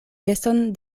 geston